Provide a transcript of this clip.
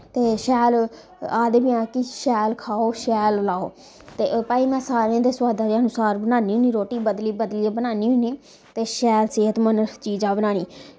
ते शैल आखदे बा हैन कि शैल खाओ शैल लाओ ते भाई में सारें दे सोआदा दे अनुसार बनान्नी होन्नी रोटी बदली बदलियै बनान्नी होन्नी ते शैल सेह्तमंद चीजां बनानी